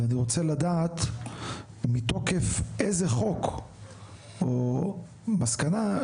ואני רוצה לדעת מתוקף איזה חוק או מסקנה,